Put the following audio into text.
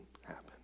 happen